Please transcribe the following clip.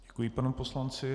Děkuji panu poslanci.